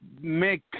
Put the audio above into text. Make